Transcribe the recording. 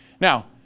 Now